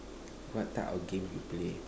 what type of game you play